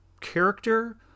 character